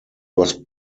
was